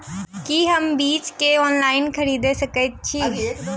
की हम बीज केँ ऑनलाइन खरीदै सकैत छी?